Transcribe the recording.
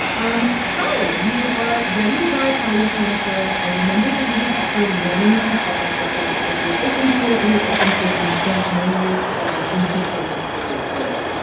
um hi, we are ready to buy patio furniture. i remember that you had offered wanting to help us with that if you're open to it. we are open to it. and if not, no worries at all. thank you so much for your kindness.